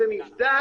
זה נבדק,